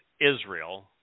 Israel